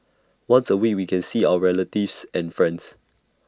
once A week we can see our relatives and friends